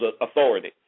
authority